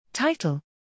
Title